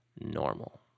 normal